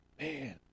Man